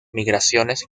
migraciones